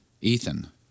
Ethan